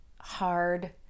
hard